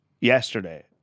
yesterday